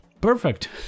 perfect